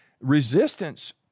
Resistance